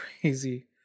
crazy